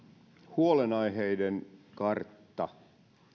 huolenaiheiden kartta